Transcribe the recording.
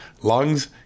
lungs